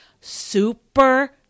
super